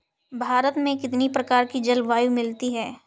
भारत में कितनी प्रकार की जलवायु मिलती है?